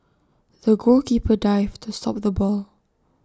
the goalkeeper dived to stop the ball